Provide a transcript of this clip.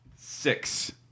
six